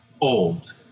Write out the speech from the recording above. old